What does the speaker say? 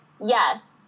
yes